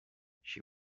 she